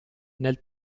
nel